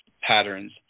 patterns